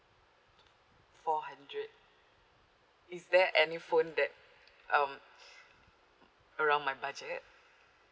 four hundred is there any phone that um around my budget